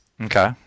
Okay